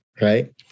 right